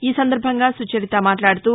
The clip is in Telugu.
ఈ సందర్బంగా సుచరిత మాట్లాదుతూ